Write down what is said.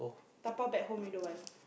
dabao back home you don't want